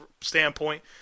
standpoint